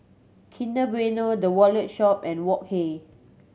Kinder Bueno The Wallet Shop and Wok Hey